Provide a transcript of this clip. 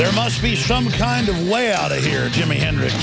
there must be some kind of way out here jimi hendrix